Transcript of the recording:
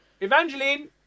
Evangeline